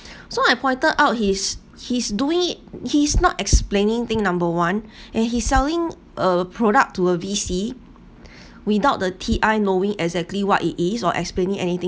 so I pointed out he's he's doing it he's not explaining thing number one and he selling a product to a V_C without the T_I knowing exactly what it is or explaining anything